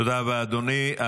תודה רבה, אדוני.